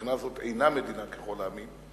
ומהבחינה הזאת היא אינה מדינה ככל העמים,